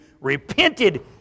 repented